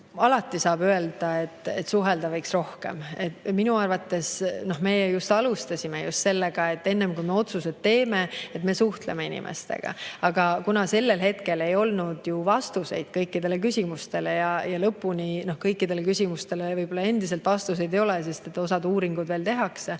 Alati saab öelda, et suhelda võiks rohkem. Minu arvates me alustasime just sellega, et enne kui me otsuseid tegime, me suhtlesime inimestega. Kuna sellel hetkel ei olnud vastuseid kõikidele küsimustele – ja kõikidele küsimustele endiselt vastuseid ei ole, sest osa uuringuid veel tehakse